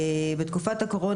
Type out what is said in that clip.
בתקופת הקורונה,